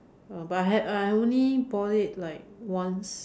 uh but I had I only bought it like once